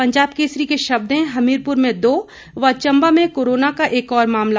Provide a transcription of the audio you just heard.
पंजाब केसरी के शब्द हैं हमीरपुर में दो व चम्बा में कोरोना का एक और मामला